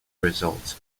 results